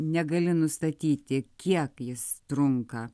negali nustatyti kiek jis trunka